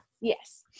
Yes